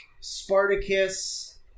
Spartacus